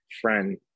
friend